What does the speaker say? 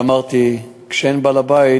ואמרתי: כשאין בעל-בית,